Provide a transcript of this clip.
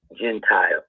Gentile